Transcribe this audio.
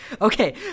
Okay